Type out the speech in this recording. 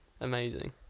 Amazing